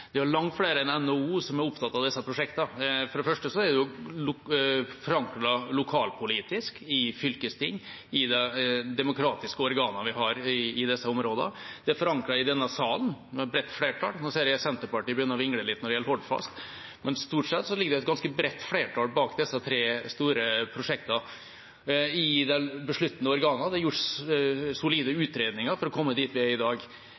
som er opptatt av disse prosjektene. For det første er de forankret lokalpolitisk i fylkesting, i de demokratiske organene vi har i disse områdene. De er forankret i denne salen, med et bredt flertall. Nå ser jeg Senterpartiet begynner å vingle litt når det gjelder Hordfast, men stort sett ligger det et ganske bredt flertall bak disse tre store prosjektene i de besluttende organene. Det er gjort solide utredninger for å komme dit vi er i dag.